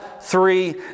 three